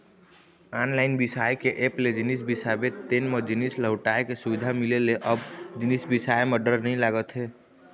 online बिसाए के app ले जिनिस बिसाबे तेन म जिनिस लहुटाय के सुबिधा मिले ले अब जिनिस बिसाए म डर नइ लागत हे